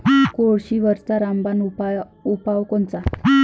कोळशीवरचा रामबान उपाव कोनचा?